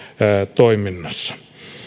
toiminnassa